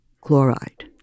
chloride